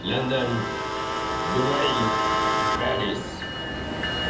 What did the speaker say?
London Dubai Paris